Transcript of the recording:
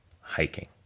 hiking